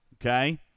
okay